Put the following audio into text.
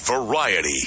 Variety